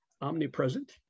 omnipresent